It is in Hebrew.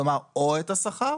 כלומר או את השכר